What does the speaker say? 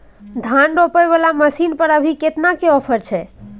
धान रोपय वाला मसीन पर अभी केतना के ऑफर छै?